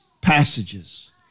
passages